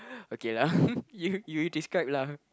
okay lah you you describe lah